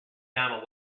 down